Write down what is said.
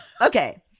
okay